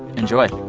enjoy